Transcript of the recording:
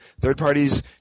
third-parties